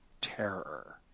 terror